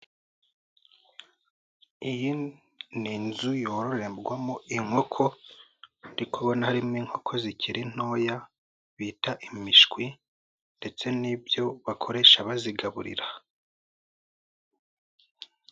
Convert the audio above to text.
Iyi ni inzu yororerwamo inkoko kndiubona harimo inkoko zikiri ntoya bita imishwi, ndetse n'ibyo bakoresha bazigaburira.